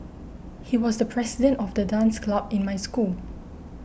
he was the president of the dance club in my school